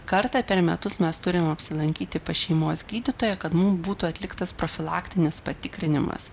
kartą per metus mes turim apsilankyti pas šeimos gydytoją kad mum būtų atliktas profilaktinis patikrinimas